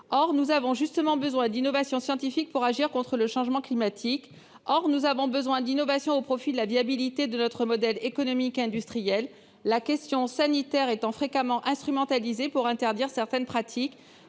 Or nous avons justement besoin d'innovations scientifiques pour agir contre le changement climatique et au profit de la viabilité de notre modèle économique et industriel. La question sanitaire étant fréquemment instrumentalisée pour interdire certaines pratiques,